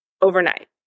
overnight